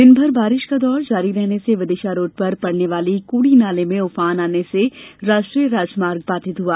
दिनभर बारिश का दौर जारी रहने से विदिशा रोड़ पर पड़ने वाली कोडी नाले में उफान आने से राष्ट्रीय राजमार्ग बाधित हुआ